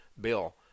Bill